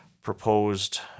proposed